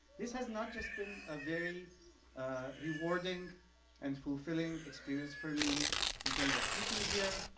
this has not just been a very rewarding and fulfilling experience for me in terms of teaching here,